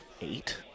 eight